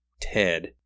Ted